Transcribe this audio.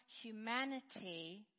humanity